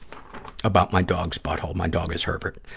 about my dog's butthole. my dog is herbert.